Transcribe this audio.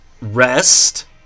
rest